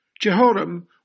Jehoram